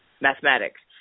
mathematics